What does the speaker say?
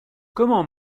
comment